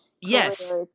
yes